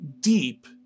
deep